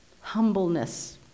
humbleness